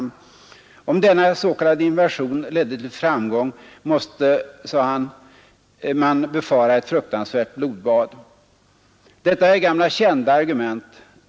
Om Tisdagen den denna s.k. invasion ledde till framgång, måste man, sade han, befara ett 18 april 1972 ”fruktansvärt blodbad”. — Detta är gamla kända argument.